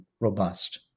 robust